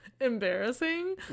Embarrassing